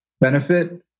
benefit